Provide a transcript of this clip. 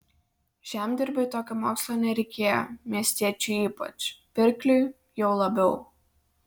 žemdirbiui tokio mokslo nereikėjo miestiečiui ypač pirkliui jau labiau